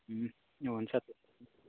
ए हुन्छ